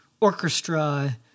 orchestra